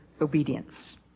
obedience